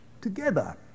together